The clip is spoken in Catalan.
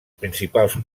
principals